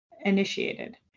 initiated